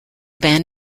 band